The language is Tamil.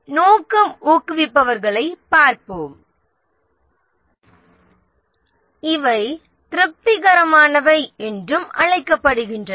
நாம் இப்பொழுது நோக்கத்திற்கான உந்துசக்திகளை பார்ப்போம் இவை திருப்திகரமானவை என்றும் அழைக்கப்படுகின்றன